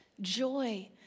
joy